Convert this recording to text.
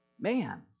Man